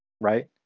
right